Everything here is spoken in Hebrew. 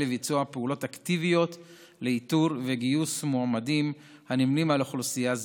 לביצוע פעולות אקטיביות לאיתור וגיוס מועמדים הנמנים עם אוכלוסייה זו.